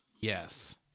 Yes